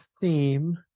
theme